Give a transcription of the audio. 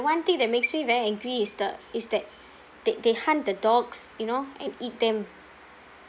one thing that makes me very angry is the is that they they hunt the dogs you know and eat them